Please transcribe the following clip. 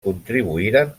contribuïren